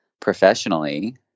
professionally